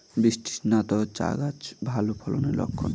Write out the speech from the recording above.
বৃষ্টিস্নাত চা গাছ ভালো ফলনের লক্ষন